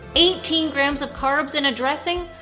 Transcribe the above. eighteen grams of carbs in a dressing?